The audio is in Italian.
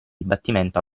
dibattimento